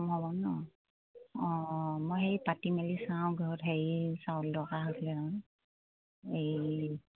কম নহ'ব ন অঁ মই হেৰি পাতি মেলি চাওঁ ঘৰত হেৰি চাউল দৰকাৰ হৈছিলে আৰু এই